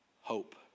hope